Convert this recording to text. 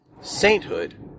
sainthood